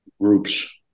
groups